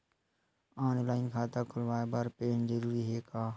Online खाता खुलवाय बर पैन जरूरी हे का?